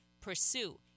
pursue